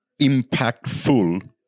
impactful